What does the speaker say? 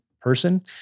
person